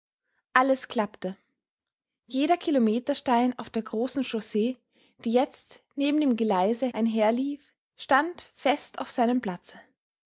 alles klappte jeder kilometerstein auf der großen chaussee die jetzt neben dem geleise einherlief stand fest auf seinem platze